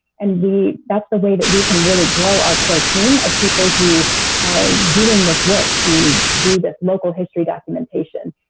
and that's the way that we can really grow our core team of people who are doing this work to do this local history documentation.